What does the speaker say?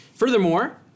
Furthermore